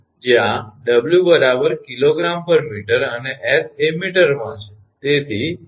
જ્યાં 𝑊 𝑘𝑔 𝑚 અને 𝑠 એ 𝑚 માં છે